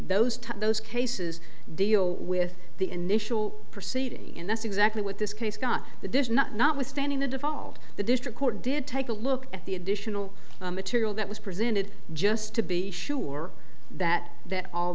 those to those cases deal with the initial proceeding and that's exactly what this case got the does not notwithstanding the default the district court did take a look at the additional material that was presented just to be sure that that all